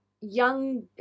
young